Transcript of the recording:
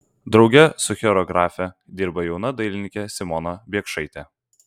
drauge su choreografe dirba jauna dailininkė simona biekšaitė